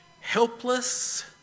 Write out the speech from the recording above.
helpless